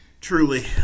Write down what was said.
truly